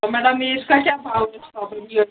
तो मैडम इसका क्या भाव है स्ट्रॉबेरी